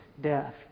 death